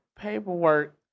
paperwork